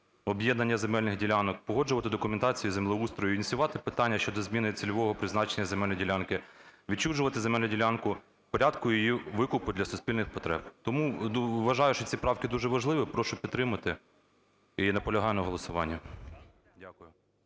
об'єднання земельних ділянок, погоджувати документацію землеустрою, ініціювати питання щодо зміни цільового призначення земельної ділянки, відчужувати земельну ділянку в порядку її викупу для суспільних потреб. Тому вважаю, що ці правки дуже важливі, прошу підтримати і наполягаю на голосуванні. Дякую.